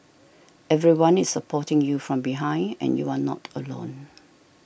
everyone is supporting you from behind and you are not alone